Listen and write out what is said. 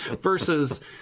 versus